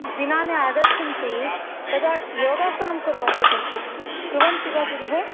दिनानि आगच्छन्ति तदा योगासनं कुर्वन्तु किञ्चित् कुर्वन्ति वा गृहे